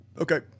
Okay